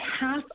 half